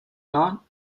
not